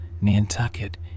Nantucket